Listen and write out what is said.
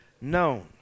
known